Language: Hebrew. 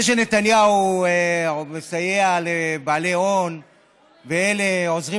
זה שנתניהו מסייע לבעלי הון ואלה עוזרים